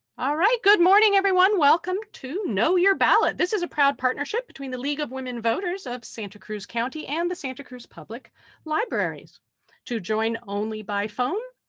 alright, good morning, everyone. welcome to know your ballot. this is a proud partnership between the league of women voters of santa cruz county and the santa cruz public libraries to join only by phone,